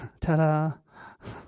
Ta-da